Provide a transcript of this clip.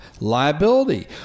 liability